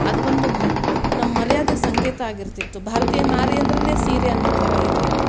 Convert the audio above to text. ಅದು ಬಂದು ನಮ್ಮ ಮರ್ಯಾದೆ ಸಂಕೇತ ಆಗಿರ್ತಿತ್ತು ಭಾರತೀಯ ನಾರಿ ಅಂದ್ರೇ ಸೀರೆ ಅನ್ನೋಥರ ಇರ್ತಿತ್ತು